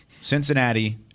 Cincinnati